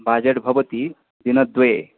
budget भवति दिनद्वये